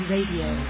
Radio